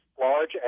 large